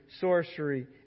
sorcery